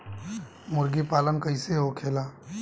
मुर्गी पालन कैसे होखेला?